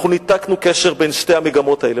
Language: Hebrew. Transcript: אנחנו ניתקנו קשר בין שתי המגמות האלה.